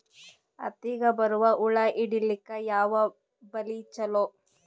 ಹತ್ತಿಗ ಬರುವ ಹುಳ ಹಿಡೀಲಿಕ ಯಾವ ಬಲಿ ಚಲೋ?